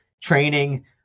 training